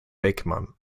beckmann